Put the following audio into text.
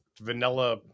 vanilla